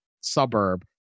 suburb